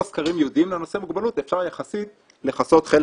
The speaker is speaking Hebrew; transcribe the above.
סקרים ייעודיים לנושא מוגבלות אפשר יחסית לכסות חלק